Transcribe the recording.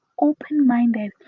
open-minded